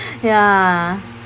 ya